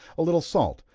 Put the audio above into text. a little salt,